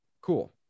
cool